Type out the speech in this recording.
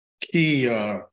key